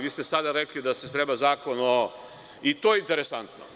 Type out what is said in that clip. Vi ste sada rekli da se sprema zakon i to je interesantno.